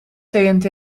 tnt